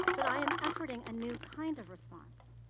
but i am efforting a new kind of response.